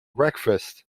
breakfast